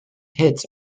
hits